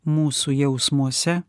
mūsų jausmuose